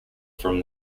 from